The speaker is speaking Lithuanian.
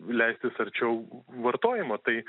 leistis arčiau vartojimo tai